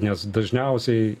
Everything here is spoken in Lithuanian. nes dažniausiai